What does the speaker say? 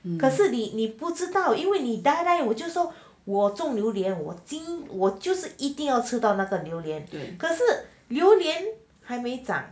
可是你不知道因为你 die die 我就说我种榴莲我今我就是一定要吃到那个榴莲可是榴莲还长